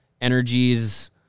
energies